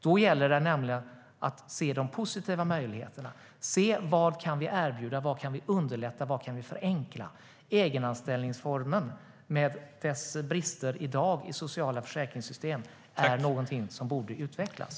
Då gäller det att se de positiva möjligheterna, vad vi kan erbjuda, underlätta eller förenkla. Egenanställningsformen, med dess brister i dagens sociala försäkringssystem, är något som borde utvecklas.